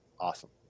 Awesome